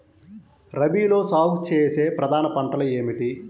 రబీలో సాగు చేసే ప్రధాన పంటలు ఏమిటి?